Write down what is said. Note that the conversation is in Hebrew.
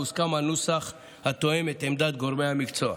והוסכם על נוסח התואם את עמדת גורמי המקצוע.